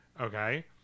Okay